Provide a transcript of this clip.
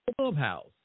Clubhouse